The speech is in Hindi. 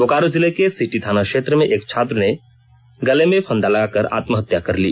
बोकारो जिले के सिटी थाना क्षेत्र में एक छात्र ने गले में फंदा लगाकर आत्महत्या कर ली